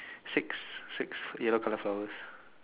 six six yellow colour flowers